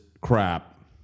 crap